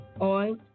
oil